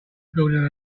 building